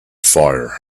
fire